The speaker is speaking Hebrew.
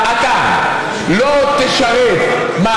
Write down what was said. ביקשתי דבר יפה, אבל.